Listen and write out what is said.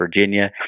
Virginia